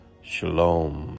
Shalom